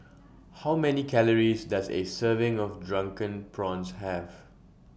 How Many Calories Does A Serving of Drunken Prawns Have